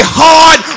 hard